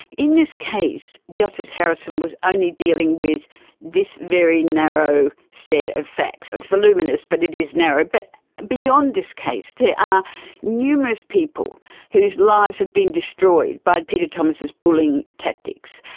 in this case justice harrison was only dealing with this very narrow set of facts. it's voluminous but it is narrow. but beyond this case there are numerous people whose lives had been destroyed by peter thomas's bullying tactics,